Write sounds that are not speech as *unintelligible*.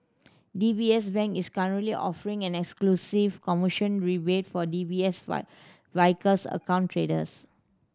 D B S Bank is currently offering an exclusive commission rebate for D B S *unintelligible* Vickers account traders